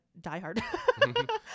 diehard